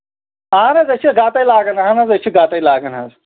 اَہَن حظ أسۍ چھِ گَتَے لاگان اَہَن حظ أسی چھِ گَتَے لاگان حظ